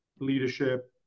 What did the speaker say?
leadership